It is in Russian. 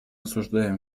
осуждаем